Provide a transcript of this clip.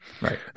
Right